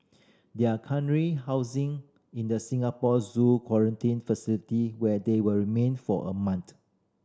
they are currently housing in the Singapore Zoo quarantine facility where they will remain for a month